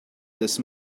this